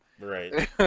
Right